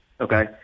Okay